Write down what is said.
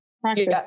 Practice